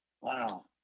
Wow